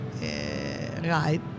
right